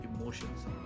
emotions